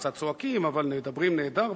קצת צועקים אבל מדברים נהדר,